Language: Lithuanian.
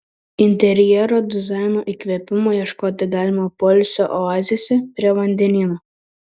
interjero dizaino įkvėpimo ieškoti galima poilsio oazėse prie vandenyno